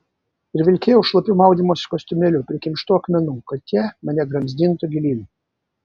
ir vilkėjau šlapiu maudymosi kostiumėliu prikimštu akmenų kad tie mane gramzdintų gilyn